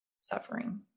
suffering